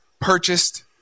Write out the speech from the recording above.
purchased